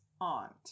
aunt